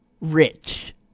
rich